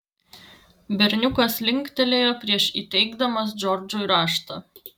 berniukas linktelėjo prieš įteikdamas džordžui raštą